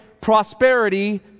prosperity